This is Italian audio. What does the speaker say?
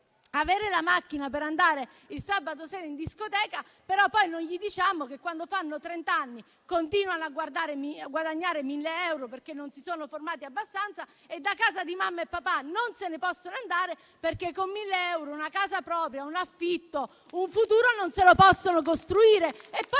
avere la macchina per andare il sabato sera in discoteca; però poi non gli diciamo che quando avranno trent'anni continueranno a guadagnare 1.000 euro, perché non si sono formati abbastanza e da casa di mamma e papà non se ne potranno andare, perché con 1.000 euro una casa propria, un affitto e un futuro non se li possono costruire.